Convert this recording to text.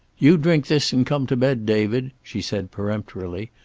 you drink this and come to bed, david, she said peremptorily.